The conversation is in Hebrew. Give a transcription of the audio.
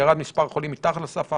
ירד מספר החולים החדשים מתחת לסף האמור,